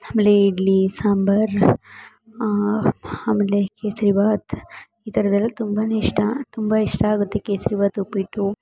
ಆಮೇಲೆ ಇಡ್ಲಿ ಸಾಂಬರ್ ಆಮೇಲೆ ಕೇಸರಿಬಾತ್ ಈ ಥರದೆಲ್ಲ ತುಂಬ ಇಷ್ಟ ತುಂಬ ಇಷ್ಟ ಆಗುತ್ತೆ ಕೇಸರಿಬಾತ್ ಉಪ್ಪಿಟ್ಟು